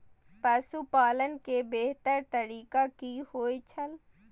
पशुपालन के बेहतर तरीका की होय छल?